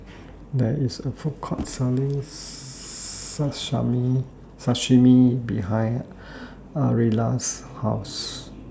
There IS A Food Court Selling Sashimi behind Ariella's House